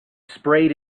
sprayed